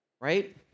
right